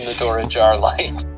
the door ajar light.